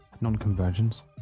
Non-convergence